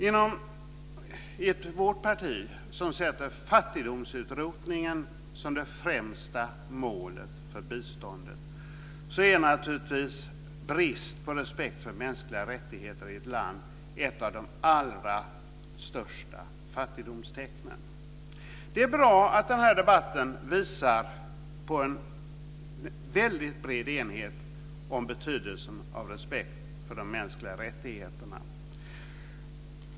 I vårt parti, som sätter fattigdomsutrotningen som det främsta målet för biståndet, är naturligtvis brist på respekt för mänskliga rättigheter i ett land ett av de allra största fattigdomstecknen. Det är bra att den här debatten visar på en bred enighet om betydelsen av respekt för de mänskliga rättigheterna.